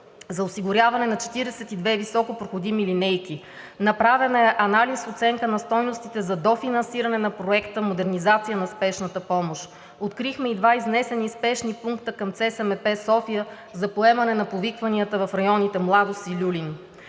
за осигуряване на 42 високопроходими линейки, направен е анализ – оценка на стойностите за дофинансиране на проекта „Модернизация на Спешната помощ“, открихме и два изнесени спешни пункта към ЦСМП – София, за поемане на повикванията в районите „Младост“ и „Люлин“.